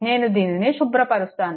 నేను దీనిని శుభ్రపరుస్తాను